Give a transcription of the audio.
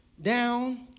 down